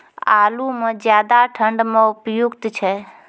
आलू म ज्यादा ठंड म उपयुक्त छै?